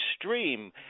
extreme